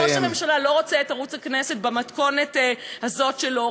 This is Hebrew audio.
ראש הממשלה לא רוצה את ערוץ הכנסת במתכונת הזאת שלו.